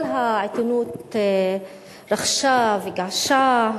כל העיתונות רחשה וגעשה,